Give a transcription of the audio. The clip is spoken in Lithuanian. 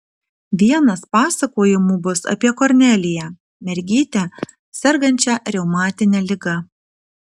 vienas pasakojimų bus apie korneliją mergytę sergančią reumatine liga